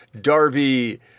Darby